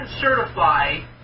certify